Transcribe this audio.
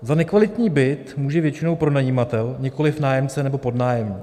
Za nekvalitní byt může většinou pronajímatel, nikoli nájemce nebo podnájemník.